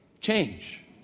change